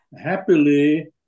Happily